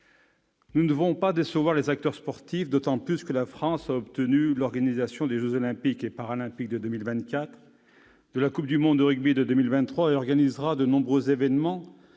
Nous ne devons pas décevoir les acteurs sportifs, d'autant plus que la France a obtenu l'organisation des jeux Olympiques et Paralympiques de 2024, de la coupe du monde de rugby de 2023 et organisera de nombreux autres événements